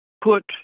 put